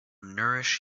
nourish